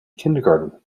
kindergarten